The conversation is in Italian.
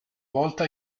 volta